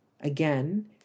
again